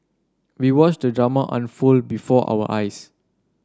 we watched the drama unfold before our eyes